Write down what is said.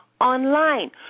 online